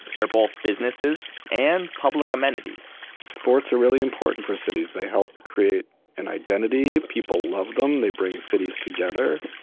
they're both businesses and public amenities sports are really important for cities. they help create an identity, people love them, they bring cities together.